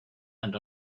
and